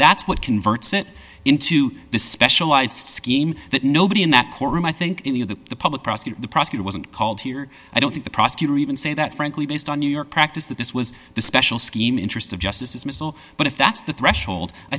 that's what converts it into the specialized scheme that nobody in that courtroom i think any of the public prosecutor the prosecutor wasn't called here i don't think the prosecutor even say that frankly based on new york practice that this was the special scheme interest of justice dismissal but if that's the threshold i